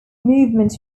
movement